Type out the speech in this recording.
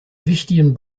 wichtigen